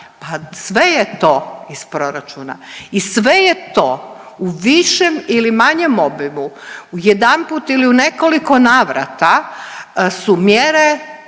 sve je to iz proračuna i sve je to u višem ili manjem obimu u jedanput ili u nekoliko navrata su mjere,